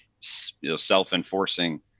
self-enforcing